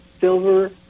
Silver